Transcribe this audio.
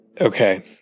Okay